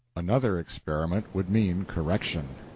another experiment would mean correction.